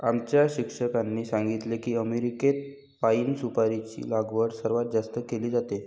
आमच्या शिक्षकांनी सांगितले की अमेरिकेत पाइन सुपारीची लागवड सर्वात जास्त केली जाते